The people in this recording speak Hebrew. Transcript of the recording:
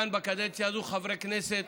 בקדנציה הזאת באו חברי כנסת